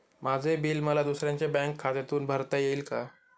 माझे बिल मला दुसऱ्यांच्या बँक खात्यातून भरता येईल का?